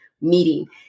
meeting